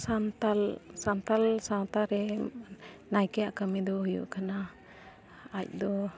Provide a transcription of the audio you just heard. ᱥᱟᱱᱛᱟᱲ ᱥᱟᱱᱛᱟᱲ ᱥᱟᱶᱛᱟ ᱨᱮ ᱱᱟᱭᱠᱮᱭᱟᱜ ᱠᱟᱹᱢᱤ ᱫᱚ ᱦᱩᱭᱩᱜ ᱠᱟᱱᱟ ᱟᱡᱫᱚ